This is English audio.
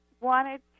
wanted